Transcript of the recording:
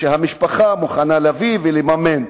שהמשפחה מוכנה להביא ולממן.